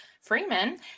Freeman